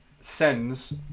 sends